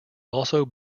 also